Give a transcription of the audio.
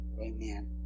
Amen